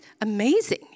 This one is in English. amazing